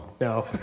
No